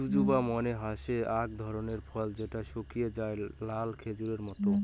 জুজুবা মানে হসে আক ধরণের ফল যেটো শুকিয়ে যায়া নাল খেজুরের মত